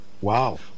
Wow